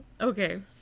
okay